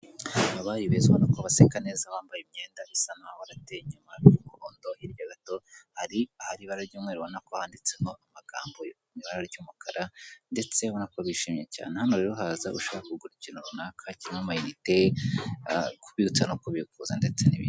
Aho bacururiza amata hari icyuma babikamo amata, amagi abiri ateretse ku meza igikarito cy'amazi ya nili giteretse kuri kontwari mo imbere muri etajeri harimo amajerekani atatu y'umweru.